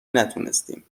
نتونستیم